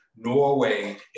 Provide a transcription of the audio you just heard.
Norway